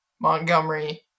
Montgomery